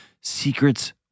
secrets